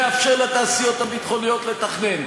מאפשר לתעשיות הביטחוניות לתכנן.